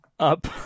up